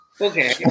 Okay